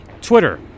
Twitter